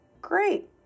Great